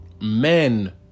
men